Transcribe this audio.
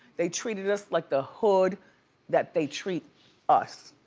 they treated us like the hood that they treat us.